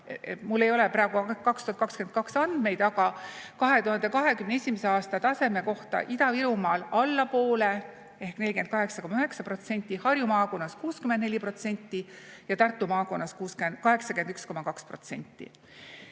Mul ei ole praegu 2022 andmeid, aga 2021. aasta taseme kohta: Ida-Virumaal alla poole ehk 48,9%, Harju maakonnas 64% ja Tartu maakonnas 81,2%.